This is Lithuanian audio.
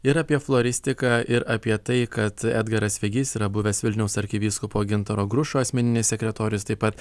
ir apie floristiką ir apie tai kad edgaras vegys yra buvęs vilniaus arkivyskupo gintaro grušo asmeninis sekretorius taip pat